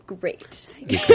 great